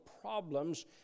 problems